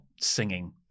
singing